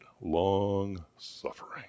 Long-suffering